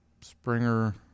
Springer